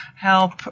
help